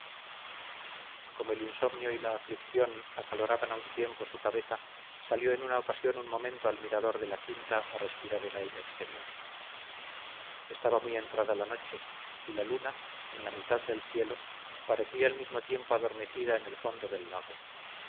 como el insomnio y la aflicción acaloraban a un tiempo su cabeza salió en una ocasión un momento al mirador de la quinta a respirar el aire exterior estaba muy entrada la noche y la luna en la mitad del cielo parecía al mismo tiempo adormecida en el fondo del lago